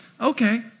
Okay